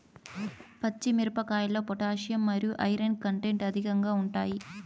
పచ్చి మిరపకాయల్లో పొటాషియం మరియు ఐరన్ కంటెంట్ అధికంగా ఉంటాయి